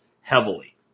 heavily